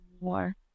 more